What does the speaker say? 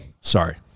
Sorry